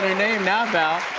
name now, pal.